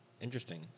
Interesting